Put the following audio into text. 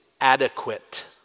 adequate